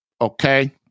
Okay